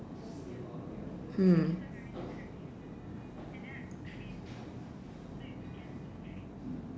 hmm